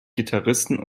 gitarristen